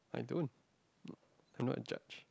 I don't I'm not a judge